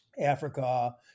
Africa